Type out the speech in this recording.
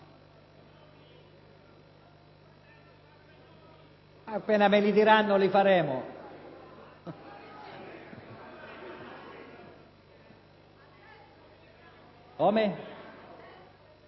Appena me li diranno, li faremo.